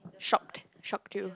shocked shocked you